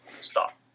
Stop